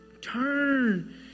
turn